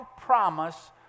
promise